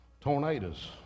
Tornadoes